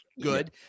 good